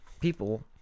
people